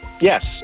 Yes